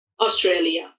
Australia